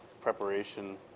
preparation